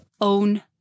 own